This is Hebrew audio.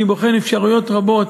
אני בוחן אפשרויות רבות,